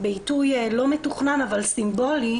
בעיתוי לא מתוכנן אבל סימבולי,